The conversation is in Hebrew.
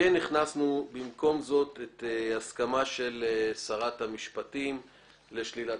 הכנסנו במקום זה הסכמה של שרת המשפטים לשלילת